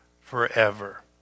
forever